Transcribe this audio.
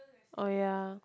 oh ya